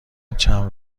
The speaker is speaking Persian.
چند